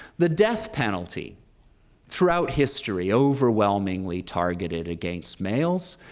the death penalty throughout history overwhelmingly targeted against males.